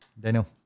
Daniel